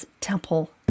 temple